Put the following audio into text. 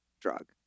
drug